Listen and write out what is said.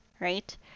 right